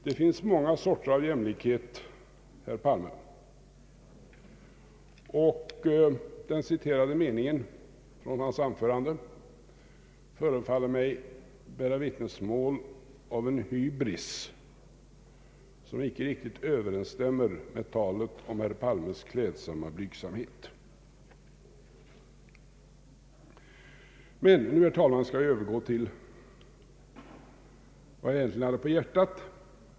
Det finns många sorter av jämlikhet, herr Palme. Den återgivna meningen från hans anförande förefaller mig bära vittnesmål om en hybris, som icke riktigt överensstämmer med talet om herr Palmes klädsamma blygsamhet. Herr talman! Jag skall nu övergå till vad jag egentligen hade på hjärtat.